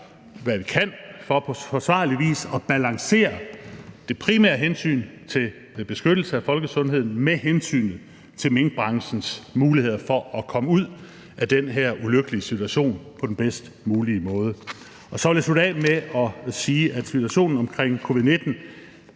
hvad vi kan, for på forsvarlig vis at balancere mellem det primære hensyn til beskyttelse af folkesundheden og hensynet til minkbranchens muligheder for at komme ud af den her ulykkelige situation på den bedst mulige måde. Så vil jeg slutte af med at sige, at situationen omkring covid-19